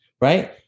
right